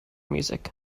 music